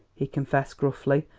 he confessed gruffly,